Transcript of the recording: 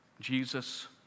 Jesus